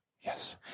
Yes